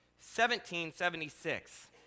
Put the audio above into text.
1776